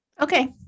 Okay